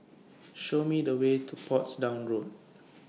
Show Me The Way to Portsdown Road